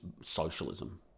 socialism